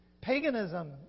paganism